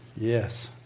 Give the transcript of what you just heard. Yes